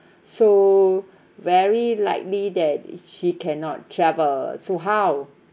so very likely that she cannot travel so how